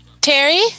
Terry